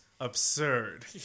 Absurd